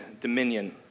dominion